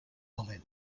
valència